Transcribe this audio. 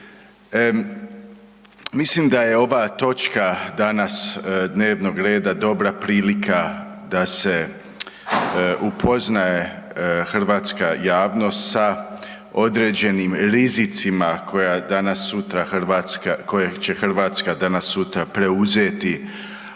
mislim da je ova točka danas dnevnog reda dobra prilika da se upoznaje hrvatska javnost sa određenim rizicima koja danas sutra, koje će Hrvatska danas sutra preuzeti